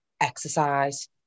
exercise